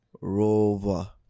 Rover